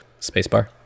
Spacebar